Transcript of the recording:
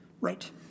Right